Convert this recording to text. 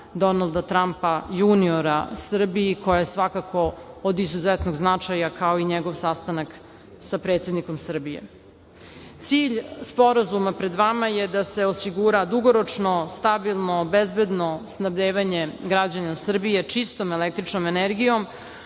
Donalda Trampa Juniora Srbiji koja je od izuzetnog značaja, kao i njegov sastanak sa predsednikom Srbije. Cilj sporazuma pred vama je da se osigura dugoročno, stabilno, bezbedno snabdevanja građana Srbije čistom električnom energijom